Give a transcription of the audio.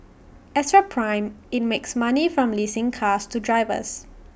as for prime IT makes money from leasing cars to drivers